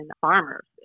farmers